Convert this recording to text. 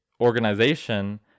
organization